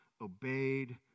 obeyed